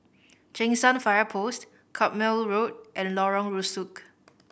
Cheng San Fire Post Carpmael Road and Lorong Rusuk